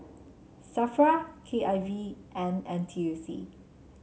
Safra K I V and N T U C